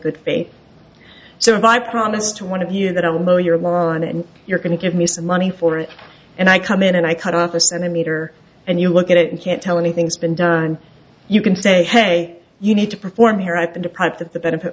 good faith survive promise to one of you that don't know your loan and you're going to give me some money for it and i come in and i cut office and a meter and you look at it and can't tell anything has been done you can say hey you need to perform here i've been deprived of the benefit